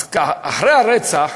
אז ככה, אחרי הרצח,